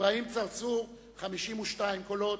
אדוני היושב-ראש, לא כולם הצביעו לכולם.